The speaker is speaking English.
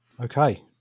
Okay